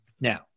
Now